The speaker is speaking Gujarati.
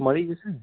મળી જશે ને